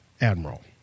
admiral